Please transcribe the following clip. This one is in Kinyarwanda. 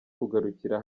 kugarukira